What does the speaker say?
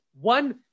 one